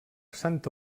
santa